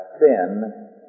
sin